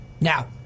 Now